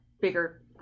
bigger